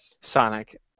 Sonic